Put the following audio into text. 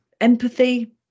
Empathy